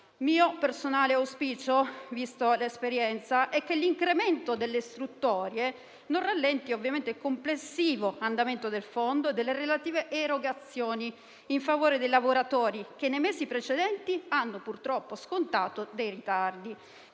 Il mio personale auspicio, alla luce dell'esperienza, è che l'incremento delle istruttorie non rallenti il complessivo andamento del Fondo e delle relative erogazioni in favore dei lavoratori, che nei mesi precedenti hanno purtroppo scontato dei ritardi.